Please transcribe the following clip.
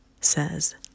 says